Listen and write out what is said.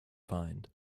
find